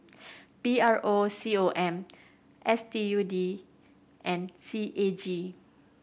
P R O C O M S U T D and C A G